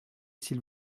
s’il